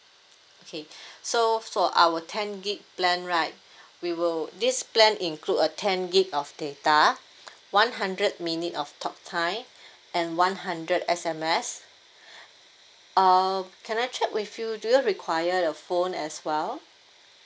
okay so for our ten gig plan right we will this plan include uh ten gig of data one hundred minute of talk time and one hundred S_M_S uh can I check with you do you require the phone as well